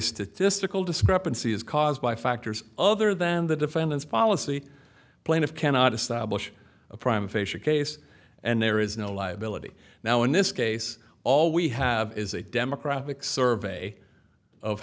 statistical discrepancy is caused by factors other than the defendant's policy plaintiff cannot establish a prime facia case and there is no liability now in this case all we have is a democratic survey of